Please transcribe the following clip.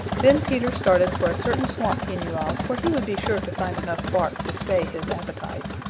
then peter started for a certain swamp he knew of where he would be sure to find enough bark to stay his appetite.